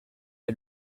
est